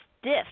stiff